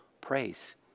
praise